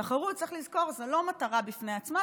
תחרות, צריך לזכור, היא לא מטרה בפני עצמה.